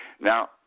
Now